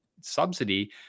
subsidy